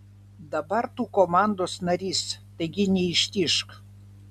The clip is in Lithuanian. dabar tu komandos narys taigi neištižk